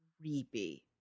creepy